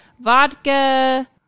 vodka